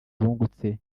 bungutse